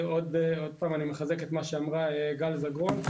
אני מחזק שוב את מה שאמרה גל זגרון,